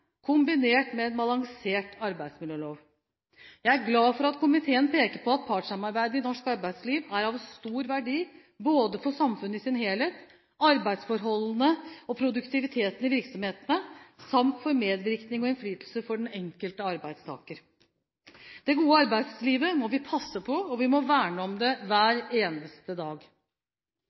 kombinert med en balansert arbeidsmiljølov. Jeg er glad for at komiteen peker på at partssamarbeidet i norsk arbeidsliv er av stor verdi både for samfunnet i sin helhet, for arbeidsforholdene og produktiviteten i virksomhetene samt for medvirkning og innflytelse for den enkelte arbeidstaker. Det gode arbeidslivet må vi passe på, og vi må verne om det hver eneste dag.